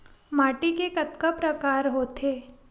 माटी के कतका प्रकार होथे?